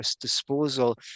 disposal